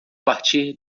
partir